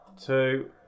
two